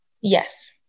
Yes